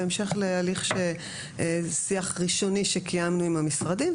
בהמשך להליך שיח ראשוני שקיימנו עם המשרדים,